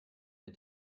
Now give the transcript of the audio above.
der